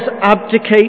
abdicate